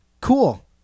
Cool